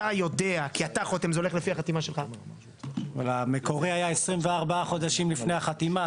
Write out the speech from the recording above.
יודע --- אבל המקורי היה 24 חודשים לפני החתימה,